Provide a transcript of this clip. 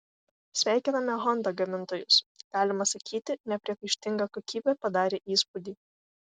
sveikiname honda gamintojus galima sakyti nepriekaištinga kokybė padarė įspūdį